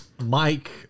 Mike